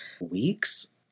weeks